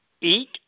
eat